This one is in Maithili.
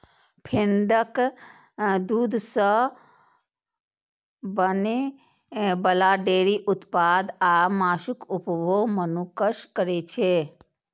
भेड़क दूध सं बनै बला डेयरी उत्पाद आ मासुक उपभोग मनुक्ख करै छै